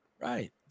Right